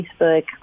Facebook